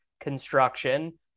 construction